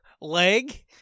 leg